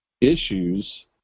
issues